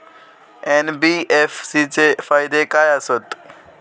NBFC चे फायदे खाय आसत?